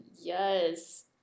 Yes